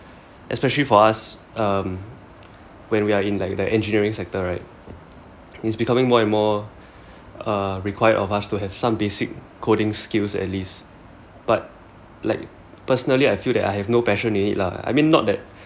especially for us um where we are in like the engineering sector right it's becoming more and more uh required of us to have some basic coding skills at least but like personally I feel that I have no passion in it lah I mean not that